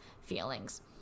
feelings